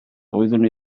doeddwn